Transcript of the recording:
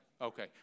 Okay